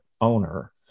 owner